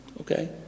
okay